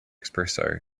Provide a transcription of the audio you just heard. espresso